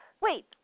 wait